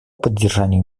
поддержанию